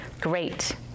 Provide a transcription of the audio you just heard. Great